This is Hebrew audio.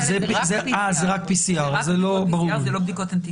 הבדיקות האלה זה רק PCR, זה לא בדיקות אנטיגן.